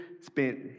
spent